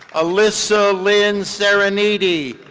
alissa lynn seriniti,